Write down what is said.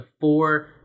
four